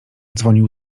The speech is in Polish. dzwonił